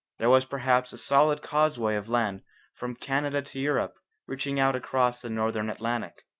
there was perhaps a solid causeway of land from canada to europe reaching out across the northern atlantic.